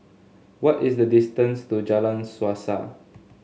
what is the distance to Jalan Suasa